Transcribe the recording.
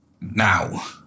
now